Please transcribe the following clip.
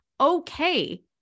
okay